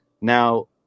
Now